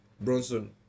Bronson